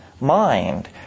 Mind